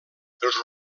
els